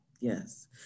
Yes